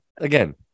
again